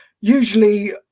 usually